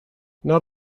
not